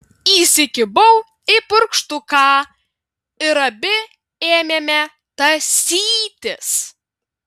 įsikibau į purkštuką ir abi ėmėme tąsytis